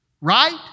right